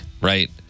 right